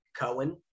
Cohen